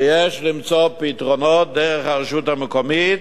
ויש למצוא פתרונות דרך הרשות המקומית,